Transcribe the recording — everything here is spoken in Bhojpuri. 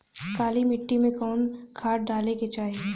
काली मिट्टी में कवन खाद डाले के चाही?